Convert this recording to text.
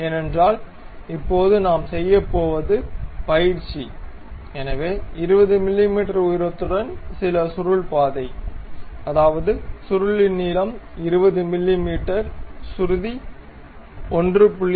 ஏனென்றால் இப்போது நாம் செய்யப்போவது பயிற்சி எனவே 20 மிமீ உயரத்துடன் சில சுருள் பாதை அதாவது சுருளின் நீளம் 20 மிமீ சுருதி 1